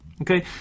Okay